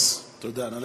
אז, תודה, נא לסיים.